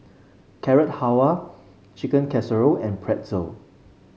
Carrot Halwa Chicken Casserole and Pretzel